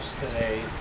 today